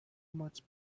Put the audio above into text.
much